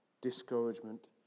discouragement